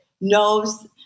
knows